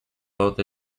both